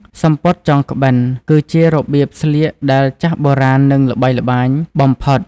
សំពត់ចងក្បិន គឺជារបៀបស្លៀកដែលចាស់បុរាណនិងល្បីល្បាញបំផុត។